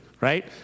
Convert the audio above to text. right